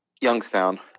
Youngstown